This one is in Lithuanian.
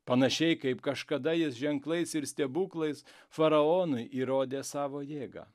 panašiai kaip kažkada jis ženklais ir stebuklais faraonui įrodė savo jėgą